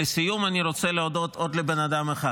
לסיום, אני רוצה להודות לעוד בן אדם אחד.